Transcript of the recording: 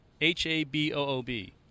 H-A-B-O-O-B